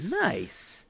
Nice